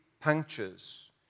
punctures